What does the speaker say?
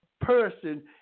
person